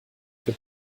wird